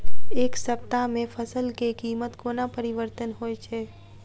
एक सप्ताह मे फसल केँ कीमत कोना परिवर्तन होइ छै?